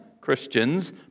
Christians